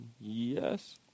Yes